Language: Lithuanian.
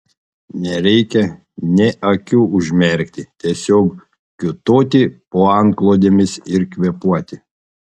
nereikia nė akių užmerkti tiesiog kiūtoti po antklodėmis ir kvėpuoti